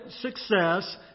success